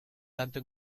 tanto